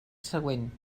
següent